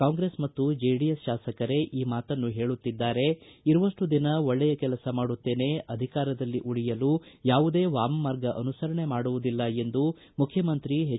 ಕಾಂಗ್ರೆಸ್ ಮತ್ತು ಜೆಡಿಎಸ್ ಶಾಸಕರೇ ಈ ಮಾತನ್ನು ಹೇಳುತ್ತಿದ್ದಾರೆ ಇರುವಷ್ಟು ದಿನ ಒಳ್ಳೆಯ ಕೆಲಸ ಮಾಡುತ್ತೇನೆ ಅಧಿಕಾರದಲ್ಲಿ ಉಳಿಯಲು ಯಾವುದೆ ವಾಮಮಾರ್ಗ ಅನುಸರಣೆ ಮಾಡುವುದಿಲ್ಲ ಎಂದು ಮುಖ್ಯಮಂತ್ರಿ ಎಚ್